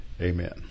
Amen